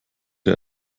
der